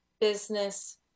business